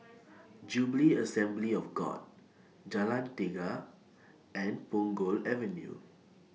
Jubilee Assembly of God Jalan Tiga and Punggol Avenue